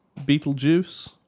Beetlejuice